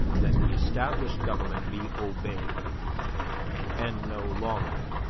that the established government be obeyed and no longer.